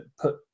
put